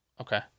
Okay